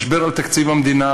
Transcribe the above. משבר על תקציב המדינה,